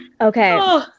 Okay